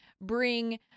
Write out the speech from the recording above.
bring